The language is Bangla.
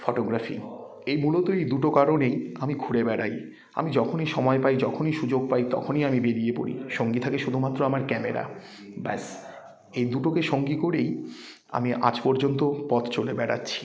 ফটোগ্রাফি এই মূলত এই দুটো কারণেই আমি ঘুরে বেড়াই আমি যখনই সময় পাই যখনই সুযোগ পাই তখনই আমি বেরিয়ে পড়ি সঙ্গী থাকে শুধুমাত্র আমার ক্যামেরা ব্যস এই দুটোকে সঙ্গী করেই আমি আজ পর্যন্ত পথ চলে বেড়াচ্ছি